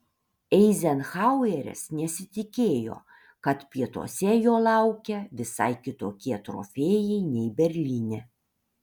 eizenhaueris nesitikėjo kad pietuose jo laukia visai kitokie trofėjai nei berlyne